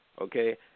Okay